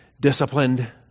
disciplined